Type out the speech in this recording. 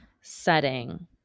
setting